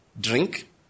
drink